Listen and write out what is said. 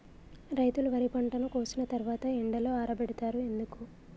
రైతులు వరి పంటను కోసిన తర్వాత ఎండలో ఆరబెడుతరు ఎందుకు?